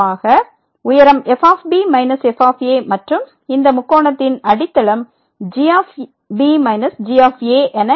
உயரம் f b f மற்றும் இந்த முக்கோணத்தின் அடித்தளம் g b g என இருக்கும்